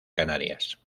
canarias